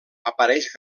apareix